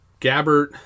Gabbert